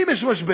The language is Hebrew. אם יש משבר,